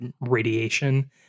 radiation